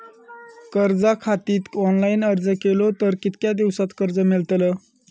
कर्जा खातीत ऑनलाईन अर्ज केलो तर कितक्या दिवसात कर्ज मेलतला?